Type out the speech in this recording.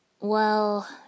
Well